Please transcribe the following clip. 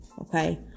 okay